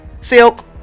Silk